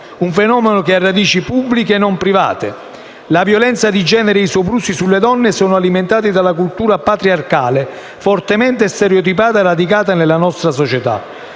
un fenomeno che ha radici pubbliche e non private. La violenza di genere e i soprusi sulle donne, sono alimentate dalla cultura patriarcale fortemente stereotipata e radicata nella nostra società.